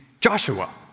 Joshua